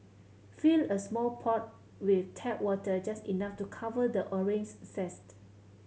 fill a small pot with tap water just enough to cover the orange zest